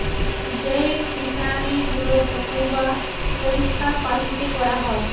যেই ফিশারি গুলো পুকুর বাপরিষ্কার পালিতে ক্যরা হ্যয়